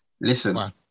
listen